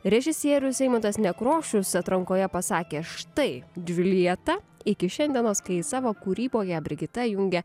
režisierius eimuntas nekrošius atrankoje pasakė štai dvilieta iki šiandienos kai savo kūryboje brigita jungia